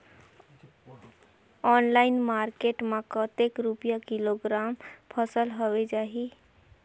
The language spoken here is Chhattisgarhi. ऑनलाइन मार्केट मां कतेक रुपिया किलोग्राम फसल हवे जाही?